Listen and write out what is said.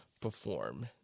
perform